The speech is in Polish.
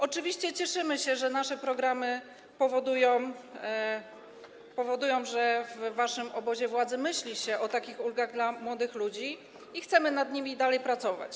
Oczywiście cieszymy się, że nasze programy powodują, że w waszym obozie władzy myśli się o takich ulgach dla młodych ludzi, i chcemy dalej nad nimi pracować.